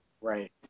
Right